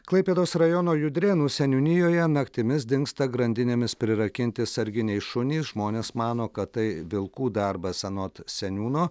klaipėdos rajono judrėnų seniūnijoje naktimis dingsta grandinėmis prirakinti sarginiai šunys žmonės mano kad tai vilkų darbas anot seniūno